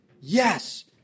yes